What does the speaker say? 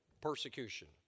persecution